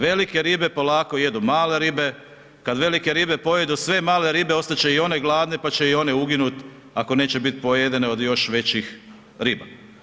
Velike ribe polako jedu male ribe, kad velike ribe pojedu sve male ribe ostat će i one gladne pa će i one uginut ako neće bit pojedene od još većih riba.